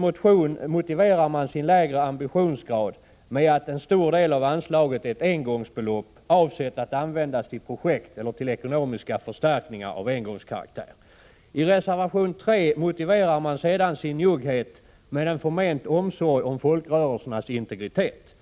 motion motiverar man sin lägre ambitionsgrad med att en stor del av anslaget är ett engångsbelopp, avsett att användas till projekt eller till ekonomiska förstärkningar av engångskaraktär. I reservation 3 motiverar man sedan sin njugghet med en förment omsorg om folkrörelsernas integritet.